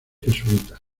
jesuitas